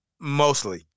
mostly